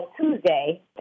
Tuesday